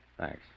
Thanks